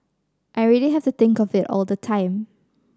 I really have to think of it all the time